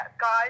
guys